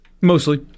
Mostly